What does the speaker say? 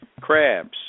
Crabs